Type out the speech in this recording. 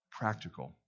practical